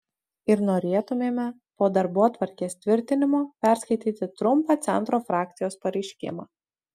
ir norėtumėme po darbotvarkės tvirtinimo perskaityti trumpą centro frakcijos pareiškimą